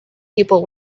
people